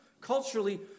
culturally